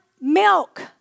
milk